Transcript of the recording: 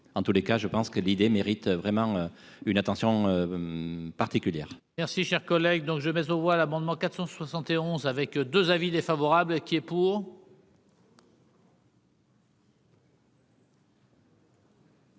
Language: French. en tous les cas, je pense que l'idée mérite vraiment une attention particulière. Merci, cher collègue, donc je mets aux voix l'amendement 471 avec 2 avis défavorables qui est pour.